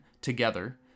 together